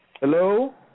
Hello